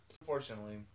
Unfortunately